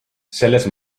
selles